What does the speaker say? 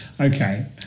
okay